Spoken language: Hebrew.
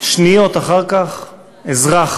שניות אחר כך אזרח